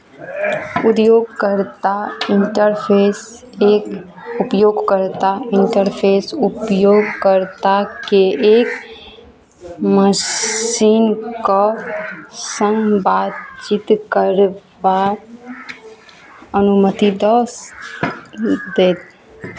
उद्योगकर्ता interface एक उपयोगकर्ता interface उपयोगकर्ताके एक मशीनके सङ्ग बातचीत करबाक अनुमति दऽ स् दैत